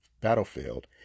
battlefield